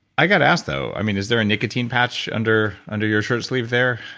i got to ask though, i mean is there a nicotine patch under under your shirt sleeve there?